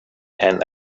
and